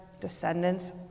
descendants